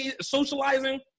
socializing